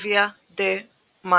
La Vie de mon